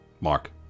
Mark